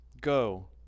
Go